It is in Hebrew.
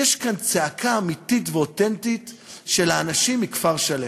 יש כאן צעקה אמיתית ואותנטית של האנשים מכפר-שלם,